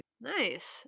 Nice